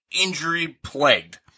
injury-plagued